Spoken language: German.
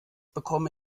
bekomme